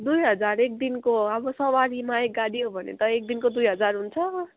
दुई हजार एक दिनको अब सवारीमा एक गाडी हो भने त एक दिनको दुई हजार हुन्छ